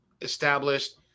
established